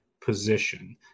position